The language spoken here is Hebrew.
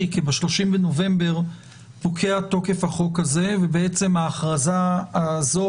כי ב-30 בנובמבר פוקע תוקף החוק הזה וההכרזה הזו